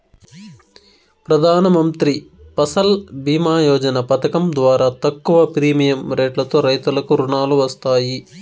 ప్రధానమంత్రి ఫసల్ భీమ యోజన పథకం ద్వారా తక్కువ ప్రీమియం రెట్లతో రైతులకు రుణాలు వస్తాయి